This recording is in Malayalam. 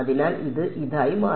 അതിനാൽ ഇത് ഇതായി മാറി